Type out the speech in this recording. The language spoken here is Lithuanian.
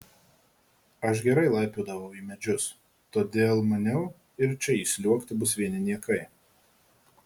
aš gerai laipiodavau į medžius todėl maniau ir čia įsliuogti bus vieni niekai